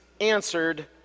answered